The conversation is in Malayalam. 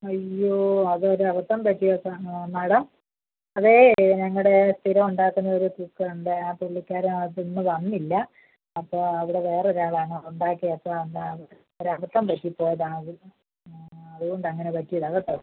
അയ്യോ അത് ഒരു അബദ്ധം പറ്റിയതാണ് മാഡം അതേ ഞങ്ങളുടെ സ്ഥിരം ഉണ്ടാക്കുന്ന ഒരു കുക്ക് ഉണ്ട് ആ പുള്ളിക്കാരൻ അത് ഇന്ന് വന്നില്ല അപ്പോൾ അവിടെ വേറെ ഒരാളാണ് ഉണ്ടാക്കി വച്ചത് ഒരു അബദ്ധം പറ്റി പോയതാണ് അത് ആ അതുകൊണ്ട് അങ്ങനെ പറ്റിയതാണ് കേട്ടോ